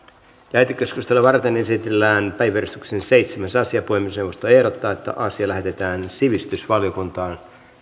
lähetekeskustelua varten esitellään päiväjärjestyksen seitsemäs asia puhemiesneuvosto ehdottaa että asia lähetetään sivistysvaliokuntaan